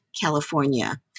California